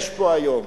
יש פה היום